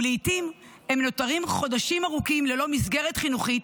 ולעיתים הם נותרים חודשים ארוכים ללא מסגרת חינוכית,